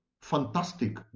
fantastic